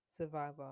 Survivor